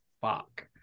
Fuck